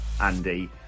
andy